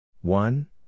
one